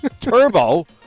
turbo